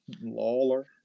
Lawler